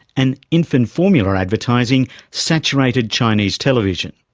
and infant formula advertising saturated chinese television.